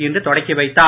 இன்று தொடக்கி வைத்தார்